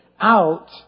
out